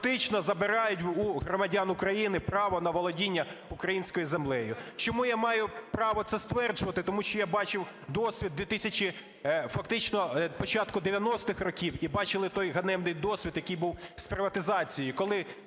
фактично забирають у громадян України право на володіння українською землею. Чому я маю право це стверджувати? Тому що я бачив досвід фактично початку 90-х років і бачили той ганебний досвід, який був з приватизацією, коли